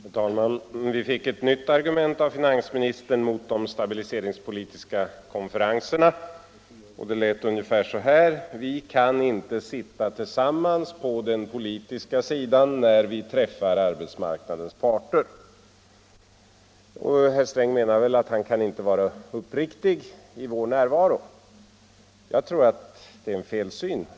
Herr talman! Vi fick ett nytt argument av finansministern mot de stabiliseringspolitiska konferenserna. Det lät ungefär så här: Vi kan inte sitta tillsammans på den politiska sidan när vi träffar arbetsmarknadens parter. Herr Sträng menar väl att han inte kan vara uppriktig i vår närvaro. Jag tror att det är en felsyn.